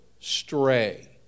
stray